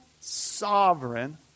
sovereign